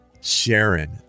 Sharon